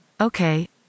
Okay